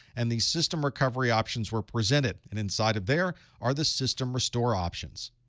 and the system recovery options were presented. and inside of there are the system restore options.